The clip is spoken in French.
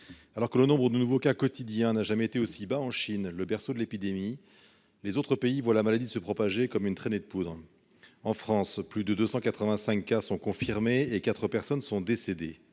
Alors que le nombre de nouveaux cas quotidiens n'a jamais été aussi bas en Chine, le berceau de l'épidémie, les autres pays voient la maladie se propager comme une traînée de poudre. En France, plus de 285 cas sont confirmés et quatre personnes sont décédées.